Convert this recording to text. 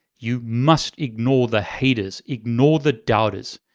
you must ignore the haters, ignore the doubters.